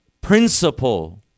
principle